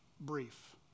brief